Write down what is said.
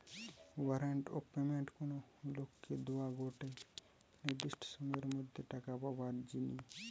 warrant of payment কোনো লোককে দোয়া গটে নির্দিষ্ট সময়ের মধ্যে টাকা পাবার জিনে